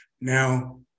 Now